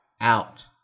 Out